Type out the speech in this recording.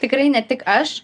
tikrai ne tik aš